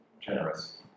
generous